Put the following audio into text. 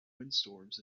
windstorms